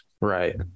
Right